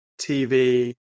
TV